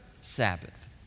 Sabbath